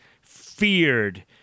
feared